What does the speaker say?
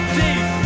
deep